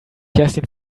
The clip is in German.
kerstin